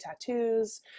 tattoos